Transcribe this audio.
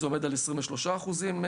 זה עומד על 23% ב-2022.